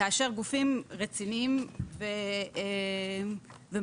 גופים רציניים ומכובדים,